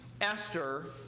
Esther